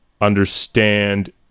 understand